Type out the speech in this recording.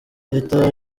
leta